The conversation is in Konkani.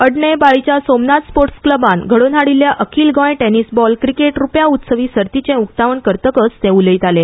अडणे बाळ्ळीच्या सोमनाथ स्पोर्ट्स क्लबान घडोवन हाडील्ल्या अखिल गोय टेनिस बॉल क्रीकेट रुप्या उत्सवी सर्तीचे उक्तावण करतकच ते उलयताले